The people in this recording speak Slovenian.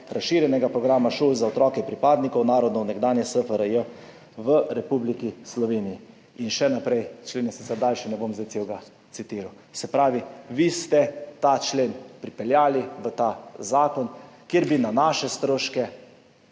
razširjenega programa šol za otroke pripadnikov narodov nekdanje SFRJ v Republiki Sloveniji.« In še naprej, člen je sicer daljši, ne bom zdaj celega citiral. Se pravi, vi ste ta člen pripeljali v ta zakon, kjer bi se na naše stroške